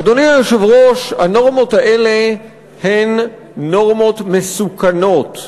אדוני היושב-ראש, הנורמות האלה הן נורמות מסוכנות,